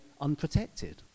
unprotected